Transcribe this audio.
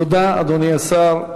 תודה, אדוני השר.